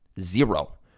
zero